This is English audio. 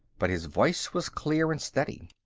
but his voice was clear and steady.